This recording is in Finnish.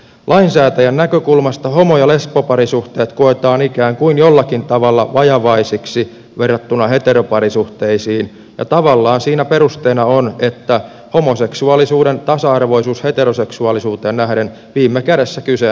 lainsäätäjän näkökulmasta homo ja lesboparisuhteet koetaan ikään kuin jollakin tavalla vajavaisiksi verrattuna heteroparisuhteisiin ja tavallaan siinä perusteena on että homoseksuaalisuuden tasa arvoisuus heteroseksuaalisuuteen nähden viime kädessä kyseenalaistetaan